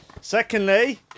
Secondly